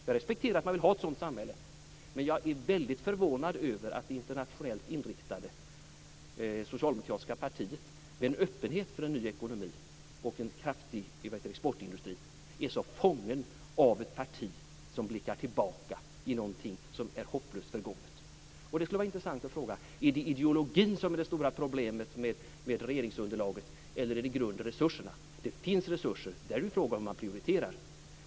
Jag respekterar att man vill ha ett sådant samhälle, men jag är väldigt förvånad över att det internationellt inriktade socialdemokratiska partiet med en öppenhet för en ny ekonomi och en kraftig exportindustri är så fången av ett parti som blickar tillbaka i någonting som är hopplöst förgånget. Det skulle vara intressant att ställa en fråga. Är det ideologin som är det stora problemet med regeringsunderlaget eller är det resurserna? Det finns resurser. Där är det en fråga om hur man prioriterar.